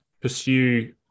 pursue